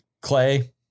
clay